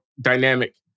dynamic